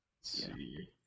see